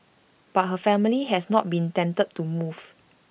but her family has not been tempted to move